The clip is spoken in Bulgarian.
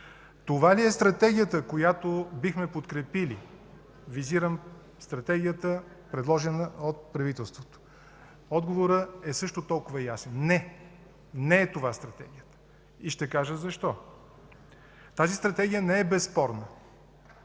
Това ли е Стратегията, която бихме подкрепили? Визирам Стратегията, предложена от правителството. Отговорът е също толкова ясен – не, не е това Стратегията, и ще кажа защо. Тази Стратегия не е безспорна.